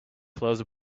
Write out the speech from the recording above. close